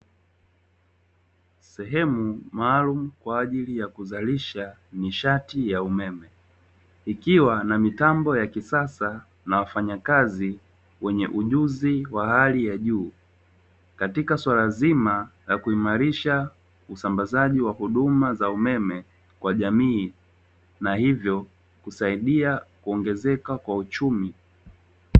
Sehemu maalumu kwa ajili ya kuzalisha nishati ya umeme, ikiwa na mitambo ya kisasa na wafanyakazi wenye ujuzi wa hali ya juu katika swala zima la kuimarisha usambazaji wa huduma za umeme kwa jamii, na hivyo kusaidia kuongezeka kwa uchumi.